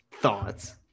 thoughts